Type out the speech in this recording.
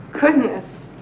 Goodness